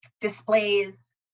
displays